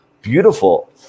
beautiful